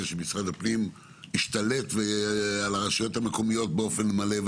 שמשרד הפנים ישתלט על הרשויות המקומיות באופן מלא,